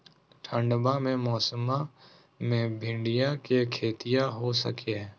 ठंडबा के मौसमा मे भिंडया के खेतीया हो सकये है?